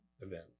event